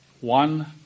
one